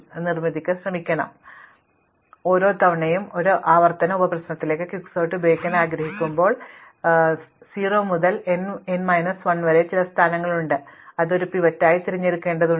അതിനാൽ തന്ത്രം പരിഹരിക്കാതിരിക്കുക എന്നതാണ് പരിഹാരം ഓരോ തവണയും ഞാൻ ഒരു ആവർത്തന ഉപ പ്രശ്നത്തിലേക്ക് ക്വിക്സോർട്ട് പ്രയോഗിക്കാൻ ആഗ്രഹിക്കുമ്പോൾ എനിക്ക് 0 മുതൽ n മൈനസ് 1 വരെ ചില സ്ഥാനങ്ങളുണ്ട് അത് എനിക്ക് ഒരു പിവറ്റായി തിരഞ്ഞെടുക്കേണ്ടതുണ്ട്